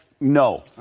no